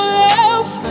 love